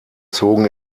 zogen